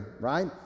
right